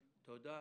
תודה.